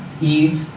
eat